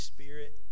Spirit